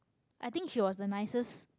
I think she was the nicest